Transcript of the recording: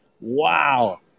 wow